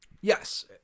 Yes